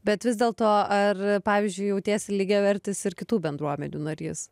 bet vis dėlto ar pavyzdžiui jautiesi lygiavertis ir kitų bendruomenių narys